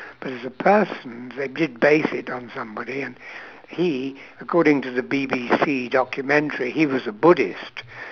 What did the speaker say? but as a person they did base it on somebody and he according to the B_B_C documentary he was a buddhist